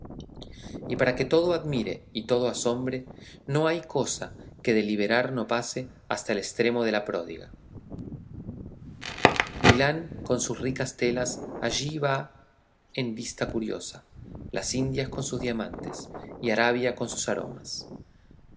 y para que todo admire y todo asombre no hay cosa que de liberal no pase hasta el estremo de pródiga milán con sus ricas telas allí va en vista curiosa las indias con sus diamantes y arabia con sus aromas